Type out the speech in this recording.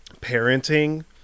parenting